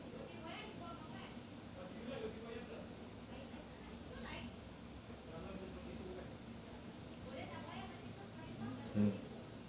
mm